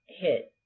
hit